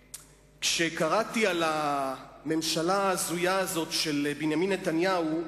כשקראתי על הממשלה ההזויה הזאת של בנימין נתניהו,